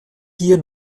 hier